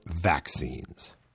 vaccines